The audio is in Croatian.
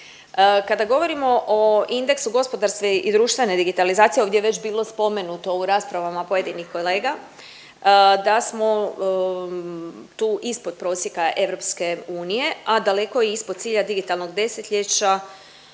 Kada govorimo o indeksu gospodarske i društvene digitalizacije ovdje je već bilo spomenuto u raspravama pojedinih kolega da smo tu ispod prosjeka EU, a daleko ispod cilja digitalnog desetljeća